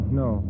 no